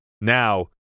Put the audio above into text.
Now